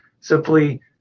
simply